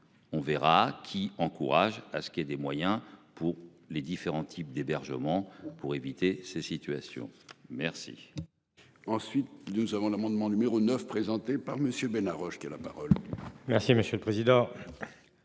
On verra qui encourage à ce qu'il y ait des moyens pour les différents types d'hébergements pour éviter ces situations, merci.